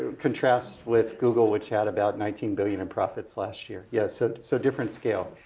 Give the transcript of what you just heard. ah contrast with google which had about nineteen billion in profits last year. yeah so so different scale.